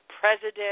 president